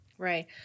Right